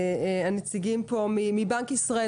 בנק ישראל.